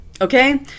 okay